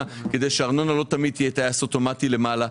כדי שהארנונה לא תמיד תהיה טייס אוטומטי למעלה.